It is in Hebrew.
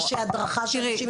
יש הדרכה של אנשים?